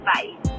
Bye